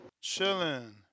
Chilling